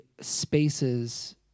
spaces